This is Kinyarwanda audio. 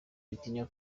bitinya